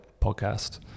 podcast